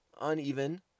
uneven